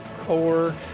core